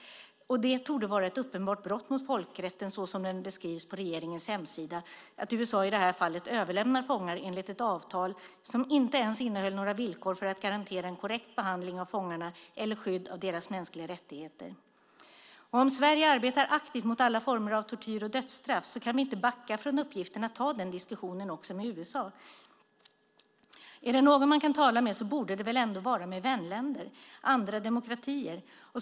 Det torde vara ett uppenbart brott mot folkrätten, så som den beskrivs på regeringens hemsida, att USA i det här fallet överlämnar fångar enligt ett avtal som inte ens innehöll några villkor för att garantera en korrekt behandling av fångarna eller skydd av deras mänskliga rättigheter. Om Sverige arbetar aktivt mot alla former av tortyr och dödsstraff kan vi inte backa från uppgiften att ta den diskussionen också med USA. Är det någon man kan tala med borde det väl ändå vara med "vänländer", andra demokratier.